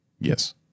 Yes